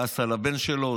כעס על הבן שלו,